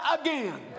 again